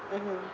mmhmm